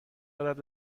دارد